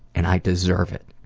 and i deserve it.